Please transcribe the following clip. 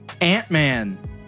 Ant-Man